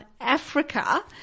Africa